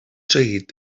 seguit